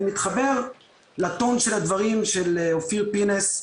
אני מתחבר לטון של הדברים של אופיר פינס.